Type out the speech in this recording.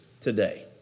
today